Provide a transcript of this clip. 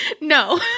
No